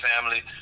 family